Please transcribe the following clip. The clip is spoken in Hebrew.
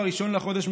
ב-1 בחודש,